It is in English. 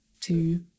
two